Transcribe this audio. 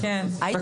האוניברסיטאות.